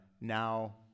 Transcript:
now